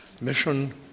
mission